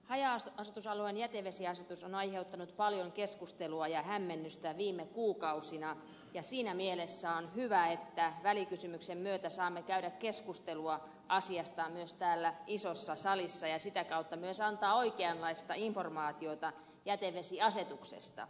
haja asutusalueen jätevesiasetus on aiheuttanut paljon keskustelua ja hämmennystä viime kuukausina ja siinä mielessä on hyvä että välikysymyksen myötä saamme käydä keskustelua asiasta myös täällä isossa salissa ja sitä kautta myös antaa oikeanlaista informaatiota jätevesiasetuksesta